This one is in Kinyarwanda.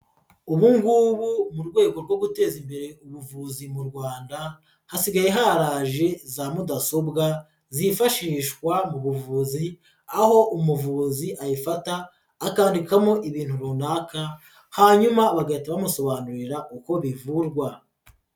Ubu ngubu mu rwego rwo guteza imbere ubuvuzi mu Rwanda, hasigaye haraje za mudasobwa, zifashishwa mu buvuzi, aho umuvuzi ayifata akandikamo ibintu runaka, hanyuma bagahita bamusobanurira uko bivurwa.